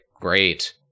great